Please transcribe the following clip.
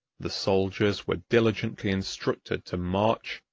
the soldiers were diligently instructed to march,